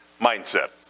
mindset